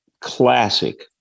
classic